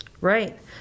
Right